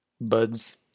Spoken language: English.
buds